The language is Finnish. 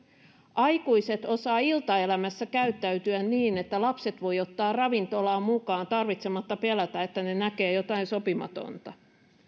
aikuiset osaavat iltaelämässä käyttäytyä niin että lapset voi ottaa ravintolaan mukaan tarvitsematta pelätä että he näkevät jotain sopimatonta tai se että